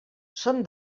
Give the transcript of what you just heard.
són